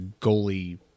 goalie